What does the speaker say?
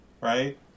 Right